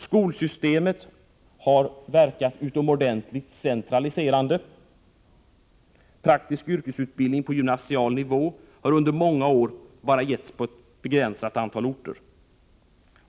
Skolsystemet har verkat utomordentligt centraliserande. Praktisk yrkesutbildning på gymnasial nivå har under många år bara getts på ett begränsat antal orter.